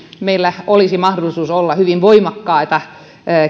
meillä olisi mahdollisuus olla hyvin voimakkaita